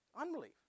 Unbelief